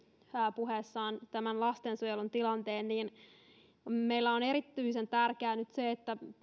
puheessaan tämän lastensuojelun tilanteen niin nyt on erityisen tärkeää että